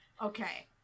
okay